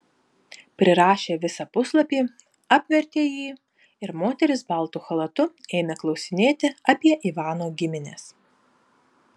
prirašę visą puslapį apvertė jį ir moteris baltu chalatu ėmė klausinėti apie ivano gimines